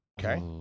Okay